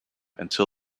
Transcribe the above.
until